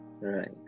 right